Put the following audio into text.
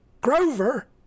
Grover